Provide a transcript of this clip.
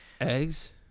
eggs